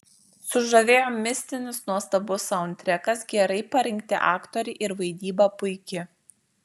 sužavėjo mistinis nuostabus saundtrekas gerai parinkti aktoriai ir vaidyba puiki